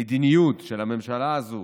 שהמדיניות של הממשלה הזו